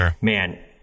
man